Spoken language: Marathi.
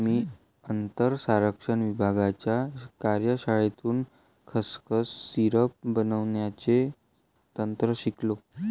मी अन्न संरक्षण विभागाच्या कार्यशाळेतून खसखस सिरप बनवण्याचे तंत्र शिकलो